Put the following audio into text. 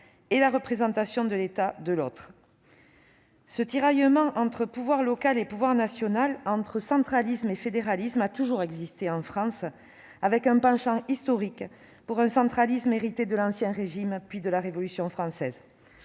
sur la représentation de l'État, d'autre part. Ce tiraillement entre pouvoir local et pouvoir national, entre centralisme et fédéralisme, a toujours existé en France, avec un penchant historique pour un centralisme hérité de l'Ancien Régime, puis de la Révolution française.